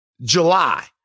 July